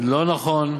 לא נכון,